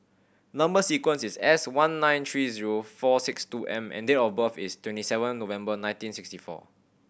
number sequence is S one nine three zero four six two M and date of birth is twenty seven November nineteen sixty four